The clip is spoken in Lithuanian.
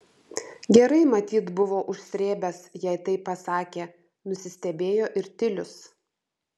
gerai matyt buvo užsrėbęs jei taip pasakė nusistebėjo ir tilius